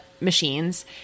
machines